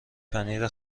پنیر